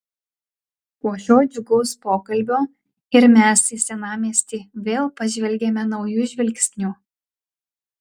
po šio džiugaus pokalbio ir mes į senamiestį vėl pažvelgiame nauju žvilgsniu